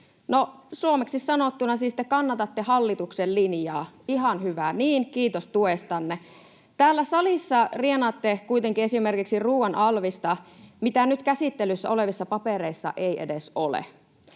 suomeksi sanottuna te siis kannatatte hallituksen linjaa. Ihan hyvä niin, kiitos tuestanne. Täällä salissa rienaatte kuitenkin esimerkiksi ruoan alvista, mitä nyt käsittelyssä olevissa papereissa ei edes ole,